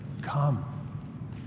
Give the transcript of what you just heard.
come